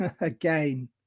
again